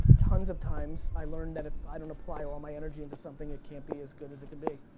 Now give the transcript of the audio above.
tons of times, times, i learned that if i don't apply all my energy into something it can't be as good as it can be,